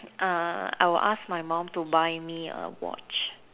uh I will ask my mum to buy me a watch